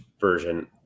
version